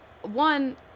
one